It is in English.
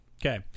okay